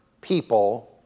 people